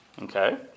Okay